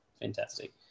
Fantastic